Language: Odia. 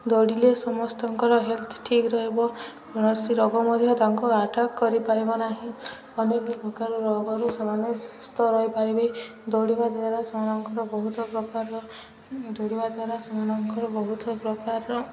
ଦୌଡ଼ିଲେ ସମସ୍ତଙ୍କର ହେଲ୍ଥ୍ ଠିକ୍ ରହିବ କୌଣସି ରୋଗ ମଧ୍ୟ ତାଙ୍କୁ ଆଟାକ୍ କରିପାରିବ ନାହିଁ ଅନେକ ପ୍ରକାର ରୋଗରୁ ସେମାନେ ସୁସ୍ଥ ରହିପାରିବେ ଦୌଡ଼ିବା ଦ୍ୱାରା ସେମାନଙ୍କର ବହୁତ ପ୍ରକାର ଦୌଡ଼ିବା ଦ୍ୱାରା ସେମାନଙ୍କର ବହୁତ ପ୍ରକାରର